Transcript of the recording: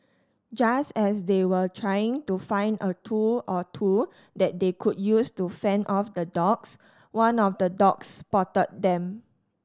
just as they were trying to find a tool or two that they could use to fend off the dogs one of the dogs spotted them